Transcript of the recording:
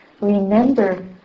remember